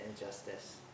injustice